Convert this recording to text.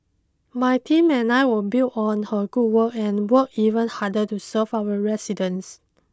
my team and I will build on her good work and work even harder to serve our residents